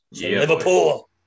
Liverpool